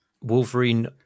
Wolverine